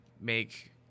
make